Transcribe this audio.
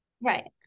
Right